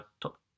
top